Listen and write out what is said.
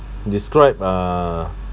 describe uh